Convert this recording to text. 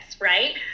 Right